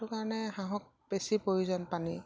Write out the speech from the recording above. সেইটো কাৰণে হাঁহক বেছি প্ৰয়োজন পানী